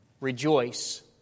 Rejoice